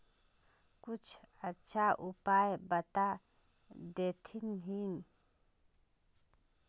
कुछ अच्छा उपाय बता देतहिन?